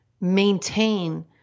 maintain